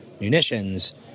munitions